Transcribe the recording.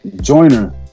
joiner